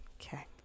Okay